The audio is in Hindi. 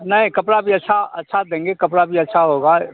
नहीं कपड़ा भी अच्छा अच्छा देंगे कपड़ा भी अच्छा होगा